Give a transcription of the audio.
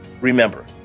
Remember